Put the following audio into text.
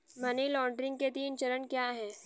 Money laundering के तीन चरण क्या हैं?